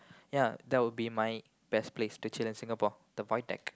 ya that would be my best place to chill in Singapore the void deck